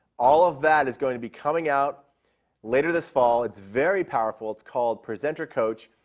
all of that is going to be coming out later this fall. it's very powerful. it's called presenter coach,